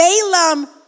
Balaam